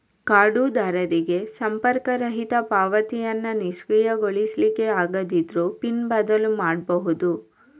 ಕಾರ್ಡುದಾರರಿಗೆ ಸಂಪರ್ಕರಹಿತ ಪಾವತಿಯನ್ನ ನಿಷ್ಕ್ರಿಯಗೊಳಿಸ್ಲಿಕ್ಕೆ ಆಗದಿದ್ರೂ ಪಿನ್ ಬದಲು ಮಾಡ್ಬಹುದು